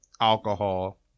alcohol